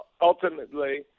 ultimately